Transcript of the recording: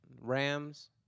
rams